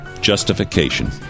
justification